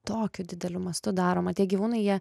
tokiu dideliu mastu daroma tie gyvūnai jie